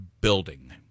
building